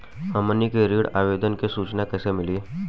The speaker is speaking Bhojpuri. हमनी के ऋण आवेदन के सूचना कैसे मिली?